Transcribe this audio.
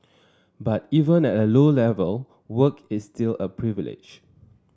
but even at a low level work is still a privilege